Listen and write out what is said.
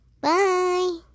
Bye